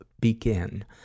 begin